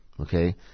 Okay